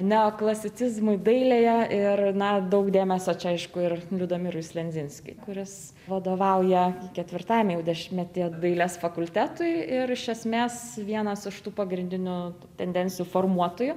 neoklasicizmui dailėje ir na daug dėmesio čia aišku ir liudamirui slendzinskiui kuris vadovauja ketvirtajame jau dešimtmetyje dailės fakultetui ir iš esmės vienas iš tų pagrindinių tendencijų formuotojų